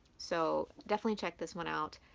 so definitely check this one out,